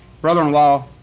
brother-in-law